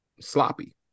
sloppy